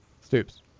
Stoops